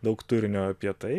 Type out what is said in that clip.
daug turinio apie tai